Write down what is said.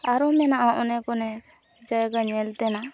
ᱟᱨᱚ ᱢᱮᱱᱟᱜᱼᱟ ᱚᱱᱮᱠ ᱚᱱᱮᱠ ᱡᱟᱭᱜᱟ ᱧᱮᱞ ᱛᱮᱱᱟᱜ